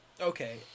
Okay